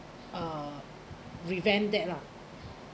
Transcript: uh prevent that lah